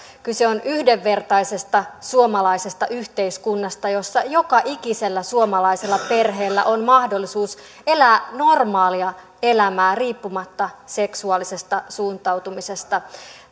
kyse on yhdenvertaisesta suomalaisesta yhteiskunnasta jossa joka ikisellä suomalaisella perheellä on mahdollisuus elää normaalia elämää riippumatta seksuaalisesta suuntautumisesta